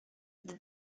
the